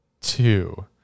two